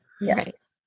Yes